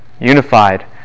unified